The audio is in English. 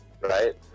right